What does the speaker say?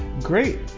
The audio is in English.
Great